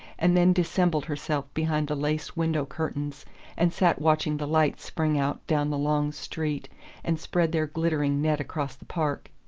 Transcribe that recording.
and then dissembled herself behind the lace window-curtains and sat watching the lights spring out down the long street and spread their glittering net across the park.